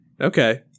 Okay